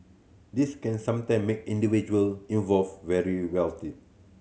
this can sometime make individual involved very wealthy